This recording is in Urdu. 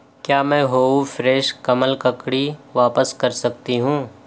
کیا میں ہووو فریش کمل ککڑی واپس کر سکتی ہوں